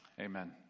amen